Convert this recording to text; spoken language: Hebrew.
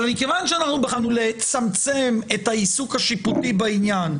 אבל מכיוון שאנחנו בחרנו לצמצם את העיסוק השיפוטי בעניין,